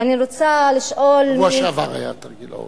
ואני רוצה לשאול, בשבוע שעבר היה תרגיל העורף.